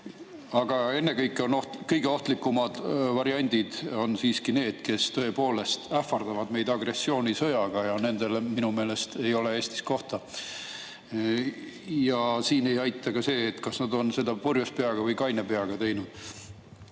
Aga kõige ohtlikumad on ennekõike siiski need, kes tõepoolest ähvardavad meid agressioonisõjaga, ja nendele minu meelest ei ole Eestis kohta. Ja siin [ei ole vahet], kas nad on seda purjus peaga või kaine peaga teinud.